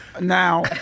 Now